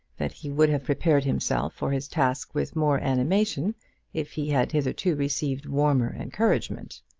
that he would have prepared himself for his task with more animation if he had hitherto received warmer encouragement.